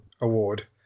award